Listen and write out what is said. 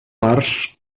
març